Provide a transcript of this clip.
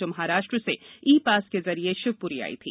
जो महाराष्ट्र से e pass के जरिए शिवप्री आई थी